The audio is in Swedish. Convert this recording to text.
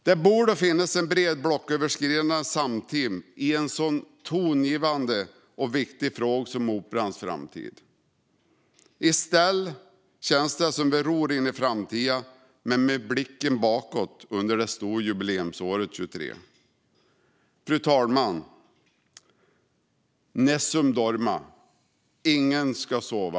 Det borde finnas en bred blocköverskridande samsyn i en så tongivande och viktig fråga som Operans framtid. I stället känns det som att vi ror in i framtiden men med blicken bakåt under det stora jubileumsåret 2023. Fru talman! Nessun dorma - ingen ska sova.